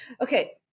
Okay